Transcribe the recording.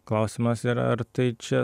klausimas yra ar tai čia